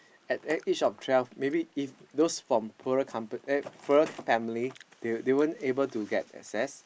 at the age of twelve maybe if those from poorer compa~ eh poorer family they weren't able to get access